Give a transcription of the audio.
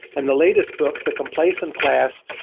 and the latest book, the complacent class,